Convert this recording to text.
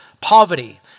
poverty